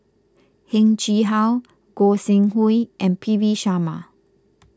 Heng Chee How Gog Sing Hooi and P V Sharma